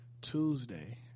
Tuesday